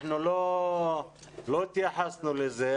אנחנו לא התייחסנו לזה.